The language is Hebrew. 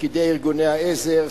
תפקידי ארגוני העזר,